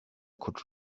could